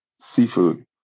Seafood